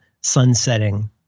sunsetting